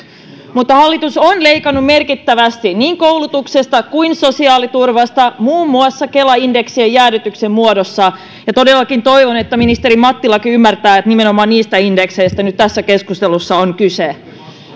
mutta hallitus on leikannut merkittävästi niin koulutuksesta kuin sosiaaliturvasta muun muassa kela indeksien jäädytyksen muodossa ja todellakin toivon että ministeri mattilakin ymmärtää että nimenomaan niistä indekseistä nyt tässä keskustelussa on kyse